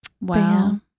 Wow